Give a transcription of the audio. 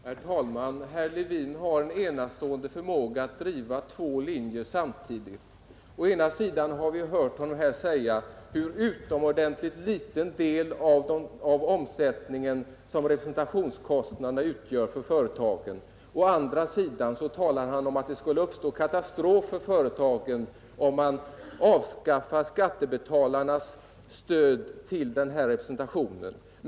Herr talman! Herr Levin har en enastående förmåga att driva två linjer samtidigt. Å ena sidan talar han om hur utomordentligt liten del av omsättningen som representationskostnaderna utgör för företagen, å andra sidan talar han om att det skulle uppstå katastrofer för företagen om man avskaffade skattebetalarnas stöd till den här representationen.